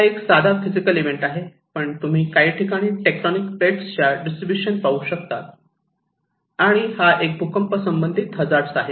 हा एक साधा फिजिकल इव्हेंट आहे पण तुम्ही काही ठिकाणी टेक्टोनिक प्लेट्सच्या डिस्ट्रीब्यूशन पाहू शकतात आणि हा एक भूकंप संबंधित हजार्ड आहे